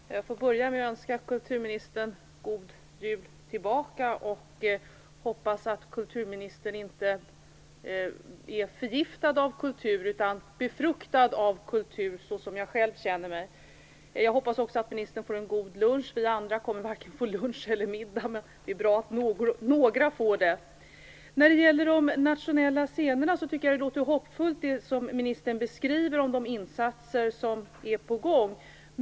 Fru talman! Jag skall börja med att önska även kulturministern en god jul. Jag hoppas att kulturministern inte är förgiftad, utan befruktad av kultur, så som jag själv är. Jag hoppas också att ministern får en god lunch. Vi andra kommer varken att få lunch eller middag, men det är bra att några får det. När det gäller de nationella scenerna tycker jag att det låter hoppfullt när ministern beskriver de insatser som är på gång.